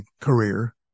career